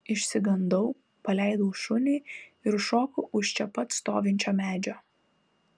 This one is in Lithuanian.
išsigandau paleidau šunį ir šokau už čia pat stovinčio medžio